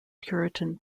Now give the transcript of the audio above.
puritan